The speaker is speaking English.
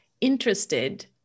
interested